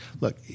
look